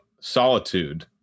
solitude